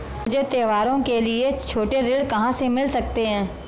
मुझे त्योहारों के लिए छोटे ऋृण कहां से मिल सकते हैं?